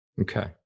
okay